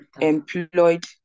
employed